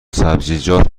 سبزیجات